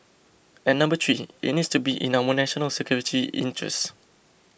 and number three it needs to be in our national security interests